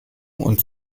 und